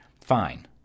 Fine